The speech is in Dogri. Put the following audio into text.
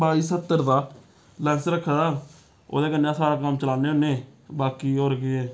बाई स्हत्तर दा लैंस रक्खे दा ओह्दे कन्नै अस सारा कम्म चलाने होन्ने बाकी होर केह्